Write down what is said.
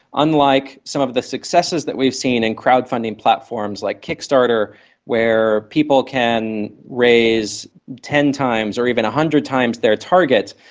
unlike some of the successes that we've seen in crowd-funding platforms like kickstarter where people can raise ten times or even one hundred times their target,